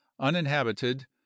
uninhabited